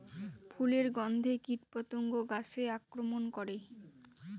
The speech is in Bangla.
ফুলের গণ্ধে কীটপতঙ্গ গাছে আক্রমণ করে?